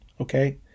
Okay